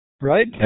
right